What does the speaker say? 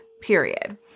period